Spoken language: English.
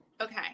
Okay